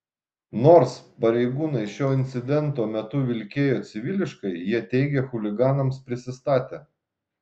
nors pareigūnai šio incidento metu vilkėjo civiliškai jie teigia chuliganams prisistatę